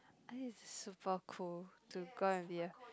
I think is super cool to go and be a